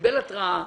קיבל התראה,